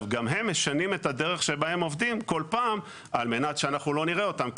גם הם משנים את הדרך שבה הם עובדים כל פעם על מנת שאנחנו לא נראה אותם,